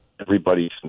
everybody's